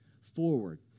forward